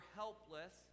helpless